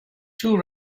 two